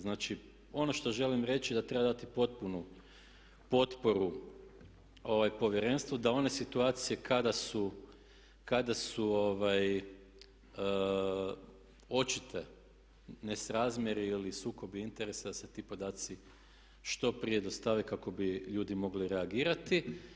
Znači ono što želim reći da treba dati potpunu potporu Povjerenstvu da one situacije kada su očite nesrazmjer ili sukob interesa da se ti podaci što prije dostave kako bi ljudi mogli reagirati.